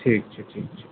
ठीक छै ठीक छै